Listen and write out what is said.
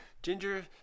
Ginger